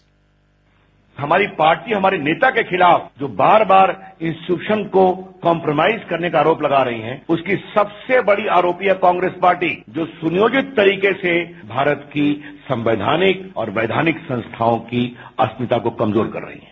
bite हमारी party हमारे नेता खिलाफ जो बार बार इंस्टीट्यूशन को कॉम्प्रमाइज करने का आरोप लगा रहे हैं उसकी सबसे बड़ी आरोपी है कांग्रेस पार्टी जो सुनियोजित तरीके से भारत की संवैधानिक और वैधानिक संस्थाओं की अस्मिता को कमजोर कर रही है